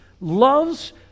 loves